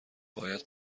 باید